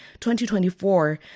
2024